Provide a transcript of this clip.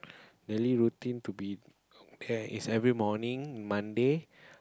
daily routine to be prepared is every morning Monday